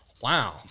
Wow